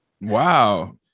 wow